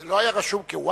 זה לא היה רשום כווקף?